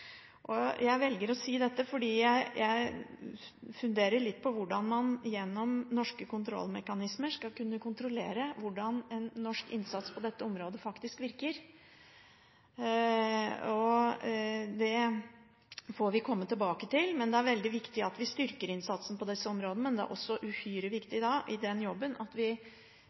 si dette fordi jeg funderer litt på hvordan man, gjennom norske kontrollmekanismer, skal kunne kontrollere hvordan en norsk innsats på dette området faktisk virker. Det får vi komme tilbake til, men det er veldig viktig at vi styrker innsatsen på disse områdene. Men da er det også uhyre viktig at vi, i den jobben, undersøker at vi